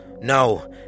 No